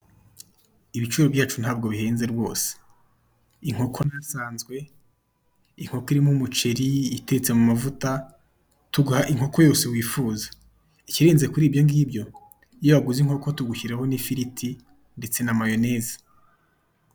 Ibiciro byacu ntabwo bihenze rwose. Inkoko ni isanzwe, inkoko irimo umuceri, itetse mumavuta, tuguha inkoko yose wifuza. Ikirenze kuri ibyo ngibyo, iyo waguze inkoko tugushyiriraho n'ifiriti ndetse na mayoneze.